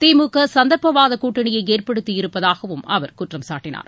திமுக சந்தர்ப்பவாத கூட்டணியை ஏற்படுத்தி இருப்பதாகவும் அவர் குற்றம் காட்டினார்